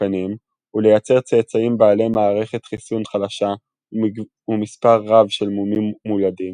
מסוכנים ולייצר צאצאים בעלי מערכת חיסון חלשה ומספר רב של מומים מולדים,